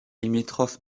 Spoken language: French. limitrophe